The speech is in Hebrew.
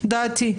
דעתי.